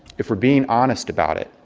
if we're being honest about it,